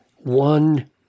One